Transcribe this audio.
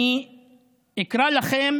אני אקרא לכם